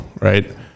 right